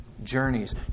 Journeys